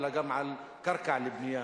אלא גם על קרקע לבנייה.